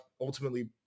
ultimately